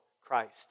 Christ